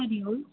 हरिः ओम्